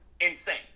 insane